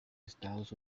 estados